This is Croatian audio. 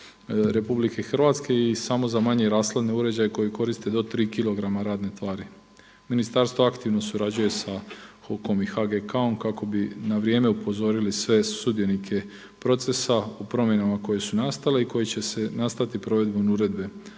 prostora RH i samo za manje rashladne uređaje koje koriste do tri kilograma radne tvari. Ministarstvo aktivno surađuje sa HOK-om i HGK-om kako bi na vrijeme upozorili sve sudionike procesa o promjenama koje su nastale i koje će nastati provedbom uredbe.